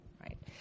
right